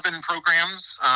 programs